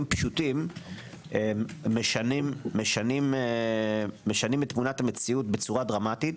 פשוטים משנים את תמונת המציאות בצורה דרמטית.